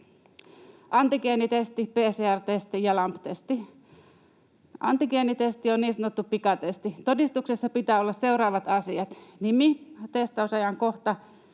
antigeenitesti, PCR-testi ja LAMP-testi. Antigeenitesti on niin sanottu pikatesti. Todistuksessa pitää olla seuraavat asiat: nimi, testausajankohta,